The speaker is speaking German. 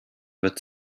wird